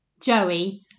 Joey